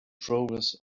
progress